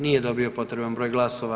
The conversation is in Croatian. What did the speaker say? Nije dobio potreban broj glasova.